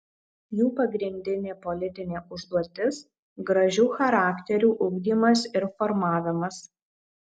jų pagrindinė politinė užduotis gražių charakterių ugdymas ir formavimas